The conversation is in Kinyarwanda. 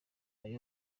nyuma